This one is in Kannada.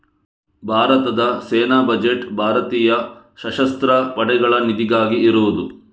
ಭಾರತದ ಸೇನಾ ಬಜೆಟ್ ಭಾರತೀಯ ಸಶಸ್ತ್ರ ಪಡೆಗಳ ನಿಧಿಗಾಗಿ ಇರುದು